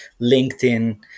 LinkedIn